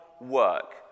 work